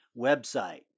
website